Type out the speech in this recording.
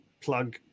plug